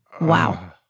Wow